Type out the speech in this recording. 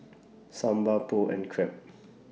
Sambar Pho and Crepe